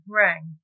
rang